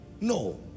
No